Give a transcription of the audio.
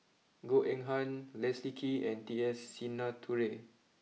Goh Eng Han Leslie Kee and T S Sinnathuray